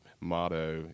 motto